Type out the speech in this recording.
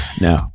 No